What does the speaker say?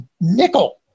nickel